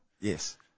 Yes